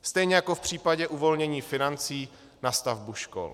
Stejně jako v případě uvolnění financí na stavbu škol.